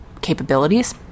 capabilities